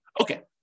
Okay